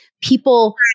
people